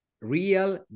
Real